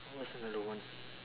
what's another one